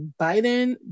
Biden